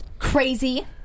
Crazy